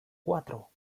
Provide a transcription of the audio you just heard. cuatro